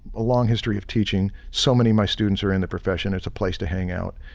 a long history of teaching, so many my students are in the profession, it's a place to hang out.